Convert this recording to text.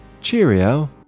Cheerio